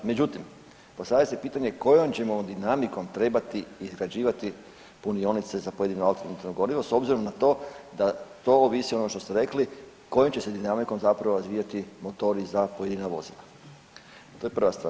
Međutim, postavlja se pitanje kojom ćemo dinamikom trebati izgrađivati punionice za pojedino alternativno gorivo s obzirom na to da to ovisi ono što ste rekli kojom će se dinamikom zapravo razvijati motori za pojedina vozila, to je prva stvar.